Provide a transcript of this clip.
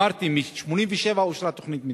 אמרתי, ב-1987 אושרה תוכנית מיתאר.